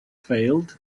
failed